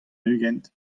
ugent